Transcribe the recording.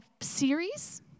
series